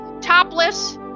topless